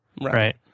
right